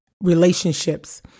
relationships